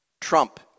Trump